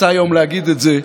מצא יום להגיד את זה,